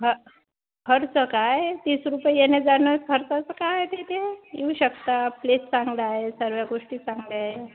ख खर्च काय तीस रुपये येणं जाणं खर्चाचं काय ते इथे येऊ शकता प्लेस चांगला आहे सर्व्या गोष्टी चांगल्या आहे